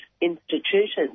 institutions